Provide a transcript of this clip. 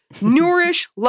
nourish